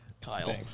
Kyle